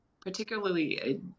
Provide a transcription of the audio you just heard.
particularly